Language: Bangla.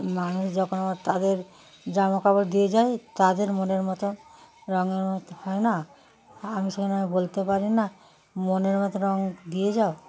মানুষ যখন আবার তাদের জামাকাপড় দিয়ে যায় তাদের মনের মতো রংয়ের মতো হয় না আমি সেখানে বলতে পারি না মনের মতো রং দিয়ে যাও